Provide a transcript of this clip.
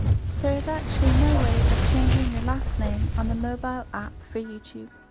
there is actually no way of changing your last name on the mobile app for youtube,